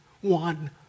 one